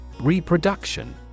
Reproduction